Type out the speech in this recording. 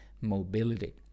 mobility